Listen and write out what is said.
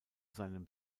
seinem